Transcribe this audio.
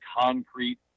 concrete